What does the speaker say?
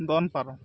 ᱫᱚᱱ ᱯᱟᱨᱚᱢ